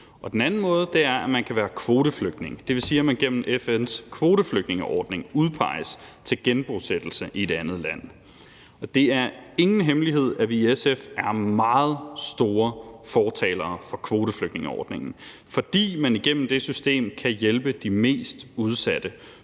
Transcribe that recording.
på den måde, eller man kan være kvoteflygtning, og det vil sige, at man gennem FN's kvoteflygtningeordning udpeges til genbosættelse i et andet land. Det er ingen hemmelighed, at vi i SF er meget store fortalere for kvoteflygtningeordningen, fordi man igennem det system kan hjælpe de mest udsatte